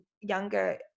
younger